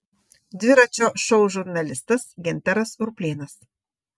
dviračio šou žurnalistas gintaras ruplėnas